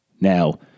Now